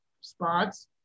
spots